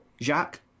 Jacques